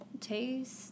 taste